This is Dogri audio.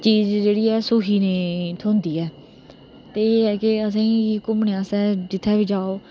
चीज जेहडी ऐ सुखी नेईं थ्होंदी ऐ ते एह् है कि आसेंगी घूमने आस्तै जित्थै बी जाओ